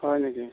হয় নেকি